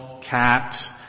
cat